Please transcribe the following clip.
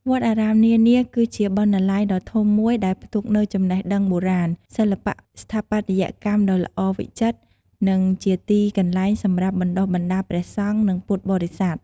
វត្តអារាមនានា គឺជាបណ្ណាល័យដ៏ធំមួយដែលផ្ទុកនូវចំណេះដឹងបុរាណ សិល្បៈស្ថាបត្យកម្មដ៏ល្អវិចិត្រ និងជាទីកន្លែងសម្រាប់បណ្ដុះបណ្ដាលព្រះសង្ឃ និងពុទ្ធបរិស័ទ។